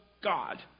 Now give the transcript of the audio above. God